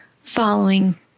following